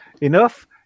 enough